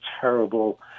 terrible